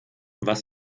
was